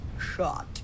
shot